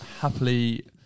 happily